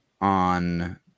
on